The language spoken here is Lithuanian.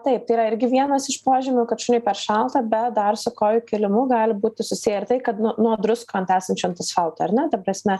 taip yra irgi vienas iš požymių kad šuniui per šalta bet dar su kojų kėlimu gali būti susiję ir tai kad nu nuo druskų ant esančių ant asfalto ar ne ta prasme